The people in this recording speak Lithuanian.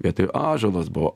vietoj ąžuolas buvo